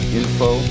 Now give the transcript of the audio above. info